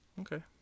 Okay